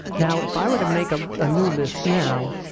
now, if i were to make a ah new list now,